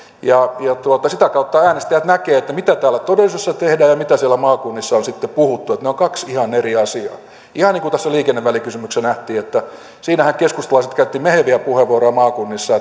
ja sitä kautta äänestäjät näkevät mitä täällä todellisuudessa tehdään ja mitä siellä maakunnissa on sitten puhuttu ne ovat kaksi ihan eri asiaa ihan niin kuin tässä liikennevälikysymyksessä nähtiin siinähän keskustalaiset käyttivät meheviä puheenvuoroja maakunnissa